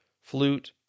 flute